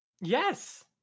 Yes